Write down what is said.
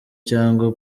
cyangwa